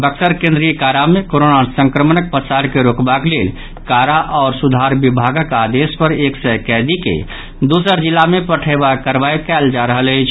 बक्सर केंद्रीय कारा मे कोरोना संक्रमणक पसार के रोकबाक लेल कारा आओर सुधार विभागक आदेश पर एक सय कैदी के दोसर जिला मे पठयबाक कार्रवाई कयल जा रहल अछि